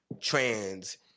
trans